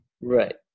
Right